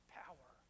power